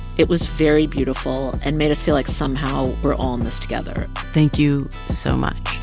it was very beautiful and made us feel like somehow, we're all in this together thank you so much,